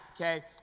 okay